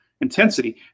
intensity